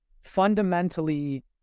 fundamentally